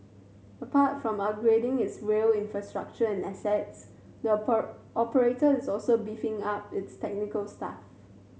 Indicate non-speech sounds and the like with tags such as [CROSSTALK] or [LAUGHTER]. apart from upgrading is rail infrastructure and assets the [UNINTELLIGIBLE] operator is also beefing up its technical staff